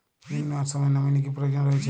ঋণ নেওয়ার সময় নমিনি কি প্রয়োজন রয়েছে?